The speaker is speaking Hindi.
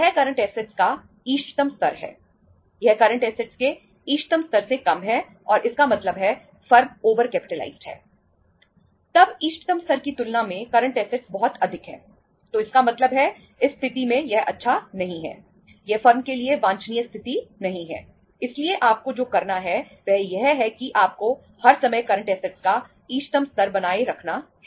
तब इष्टतम स्तर की तुलना में करंट ऐसेटस का इष्टतम स्तर रखना है